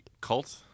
cult